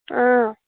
ꯑ